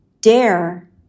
dare